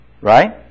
Right